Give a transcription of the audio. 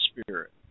spirit